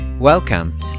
Welcome